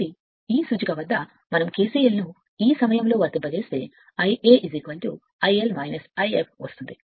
కాబట్టి ఈ బిందువు వద్ద మనం KCL ను వర్తింపజేస్తే KCL ను ఈ సమయంలో వర్తింపజేస్తే Ia IL If